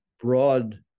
broad